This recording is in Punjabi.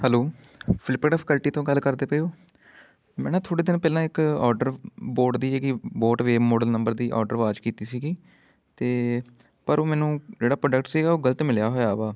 ਹੈਲੋ ਫਲਿੱਪਡ ਫਕਲਟੀ ਤੋਂ ਗੱਲ ਕਰਦੇ ਪਏ ਹੋ ਮੈਂ ਨਾ ਥੋੜ੍ਹੇ ਦਿਨ ਪਹਿਲਾਂ ਇੱਕ ਔਡਰ ਬੋਟ ਦੀ ਬੋਟ ਵੇਵ ਮੋਡਲ ਨੰਬਰ ਦੀ ਔਡਰ ਵਾਚ ਕੀਤੀ ਸੀਗੀ ਅਤੇ ਪਰ ਉਹ ਮੈਨੂੰ ਜਿਹੜਾ ਪ੍ਰੋਡਕਟ ਸੀਗਾ ਉਹ ਗਲਤ ਮਿਲਿਆ ਹੋਇਆ ਵਾ